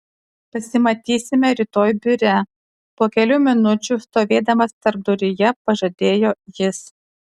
pasimatysime rytoj biure po kelių minučių stovėdamas tarpduryje pažadėjo jis